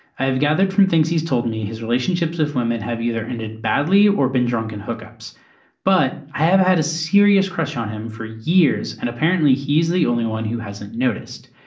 i have gathered from things he's told me his relationships with women have either ended badly or been drunken hookups but i have had a serious crush on him for years and apparently he's the only one who hasn't noticed.